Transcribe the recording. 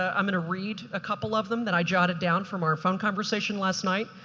ah i'm gonna read a couple of them that i jotted down from our phone conversation last night.